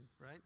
right